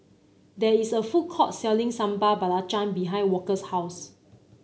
there is a food court selling Sambal Belacan behind Walker's house